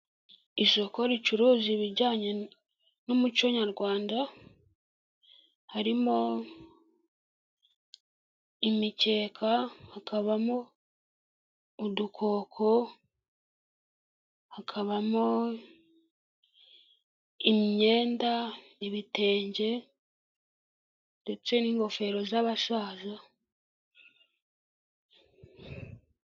Isoko ricuruza ibijyanye n'umuco nyarwanda, harimo imikeka hakabamo udukoko hakabamo imyenda ibitenge, ndetse n'ingofero z'abashaje.